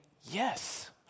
yes